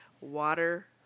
water